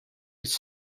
its